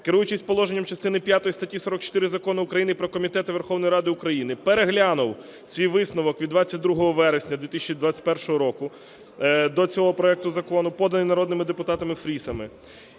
керуючи положенням частини п'ятої статті 44 Закону України "Про комітети Верховної Ради України", переглянув свій висновок від 22 вересня 2021 року до цього проекту закону, поданий народними депутатами Фрісом...